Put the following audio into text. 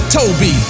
Toby